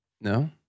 No